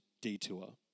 detour